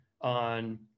on